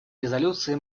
резолюции